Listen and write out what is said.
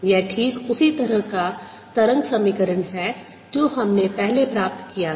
यह ठीक उसी तरह का तरंग समीकरण है जो हमने पहले प्राप्त किया था